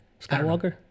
Skywalker